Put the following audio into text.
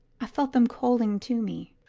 i felt them calling to me.